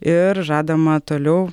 ir žadama toliau